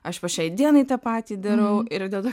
aš po šiai dienai tą patį darau ir dėl to